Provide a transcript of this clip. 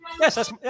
Yes